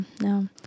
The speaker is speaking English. no